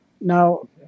Now